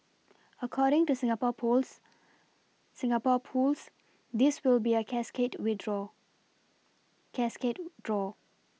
according to Singapore pools Singapore pools this will be a cascade with draw cascade draw